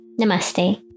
Namaste